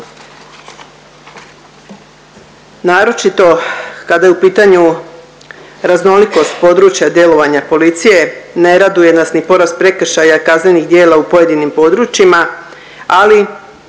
naročito kada je u pitanju raznolikost područja djelovanja policije ne raduje nas ni porast prekršaja kaznenih djela u pojedinim područjima, ali